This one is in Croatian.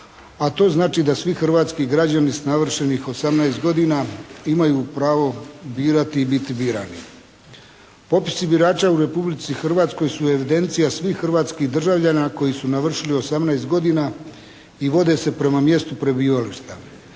a to znači da svi hrvatski građani s navršenih 18 godina imaju pravo birati i biti birani. Popisi birača u Republici Hrvatskoj su evidencija svih hrvatskih državljana koji su navršili 18 godina i vode se prema mjestu prebivališta.